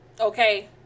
Okay